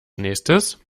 nächstes